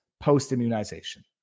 post-immunization